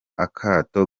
akato